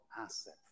asset